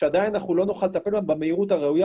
שעדיין לא נוכל לטפל בהם במהירות הראויה